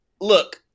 look